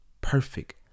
perfect